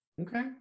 Okay